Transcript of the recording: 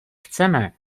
chceme